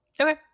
Okay